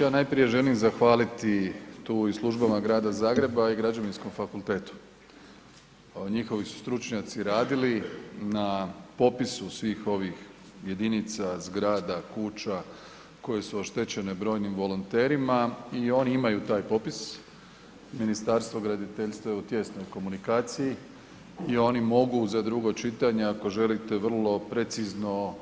Ja najprije želim zahvaliti tu i službama Grada Zagreba i Građevinskom fakultetu, njihovi su stručnjaci radili na popisu svih ovih jedinica, zgrada, kuća koje su oštećene, brojnim volonterima i oni imaju taj popis, Ministarstvo graditeljstva je u tijesnoj komunikaciji i oni mogu za drugo čitanje ako želite vrlo precizno